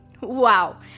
Wow